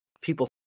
people